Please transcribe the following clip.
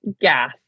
gas